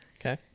Okay